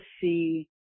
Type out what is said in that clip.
see